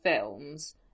films